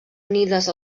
unides